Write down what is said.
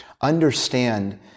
understand